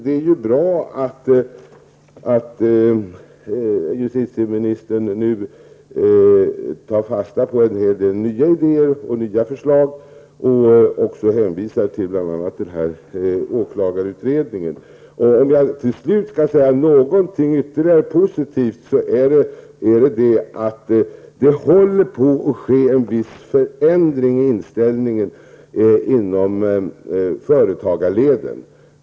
Det är ju bra att justitieministern nu tar fasta på en hel del nya idéer och nya förslag och också hänvisar till bl.a. Om jag till slut skall säga någonting ytterligare positivt, så är det att en viss förändring i inställningen håller på att ske inom företagarleden.